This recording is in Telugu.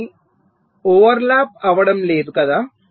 అవి ఓవర్లాప్ అవడం లేదు కదా